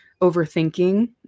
overthinking